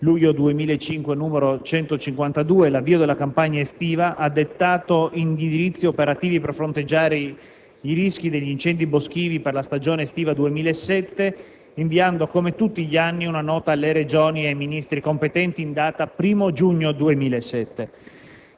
luglio 2005, n. 152, l'avvio della campagna estiva, ha dettato indirizzi operativi per fronteggiare i rischi degli incendi boschivi per la stagione estiva 2007, inviando, come tutti gli anni, una nota alle Regioni e ai Ministri competenti in data 1° giugno 2007.